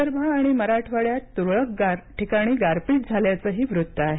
विदर्भ आणि मराठवाड्यात तूरळक ठिकाणी गारपीट झाल्याचंही वृत्त आहे